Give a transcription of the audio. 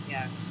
Yes